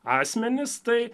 asmenis tai